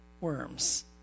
worms